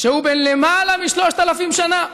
שהוא בן למעלה מ-3,000 שנה.